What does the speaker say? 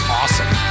awesome